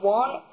one